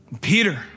Peter